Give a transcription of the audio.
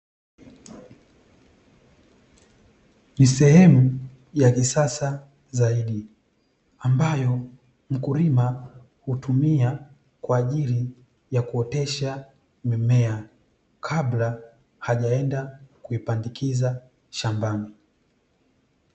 Ni sehemu ya kisasa zaidi, ambayo mkulima hutumia kwaajili ya kuotesha mimea kabla hajaenda kuipandikiza shambani.